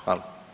Hvala.